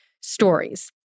stories